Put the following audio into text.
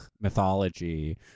mythology